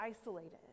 isolated